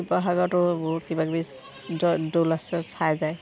শিৱসাগতো বহুত কিবা কিবি দৌল আছে চাই যায়